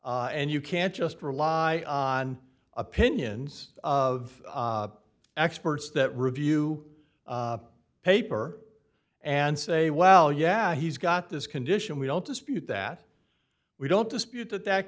and you can't just rely on opinions of experts that review paper and say well yeah he's got this condition we don't dispute that we don't dispute that that